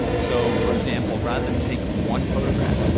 so for example, rather than take one photograph,